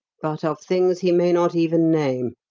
but of things he may not even name,